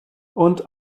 und